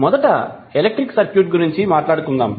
మొదట electric circuit గురించి మాట్లాడుకుందాం